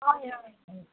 हय हय